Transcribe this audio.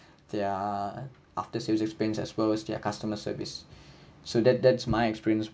their after sales experience as well as their customer service so that that's my experience